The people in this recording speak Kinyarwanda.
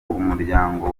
umuryango